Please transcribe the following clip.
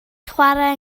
chwarae